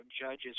Judges